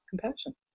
compassion